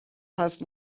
هست